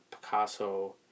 picasso